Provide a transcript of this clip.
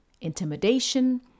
intimidation